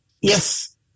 yes